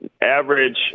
Average